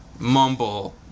mumble